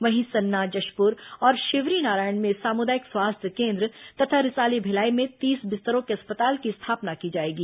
वहीं सन्ना जशपुर और शिवरीनारायण में सामुदायिक स्वास्थ्य केन्द्र तथा रिसाली भिलाई में तीस बिस्तरों के अस्पताल की स्थापना की जाएगी